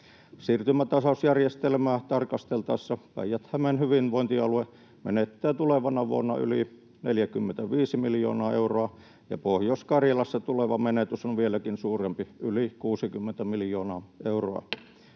Siirtymätasausjärjestelmää tarkasteltaessa Päijät-Hämeen hyvinvointialue menettää tulevana vuonna yli 45 miljoonaa euroa, ja Pohjois-Karjalassa tuleva menetys on vieläkin suurempi, yli 60 miljoonaa euroa.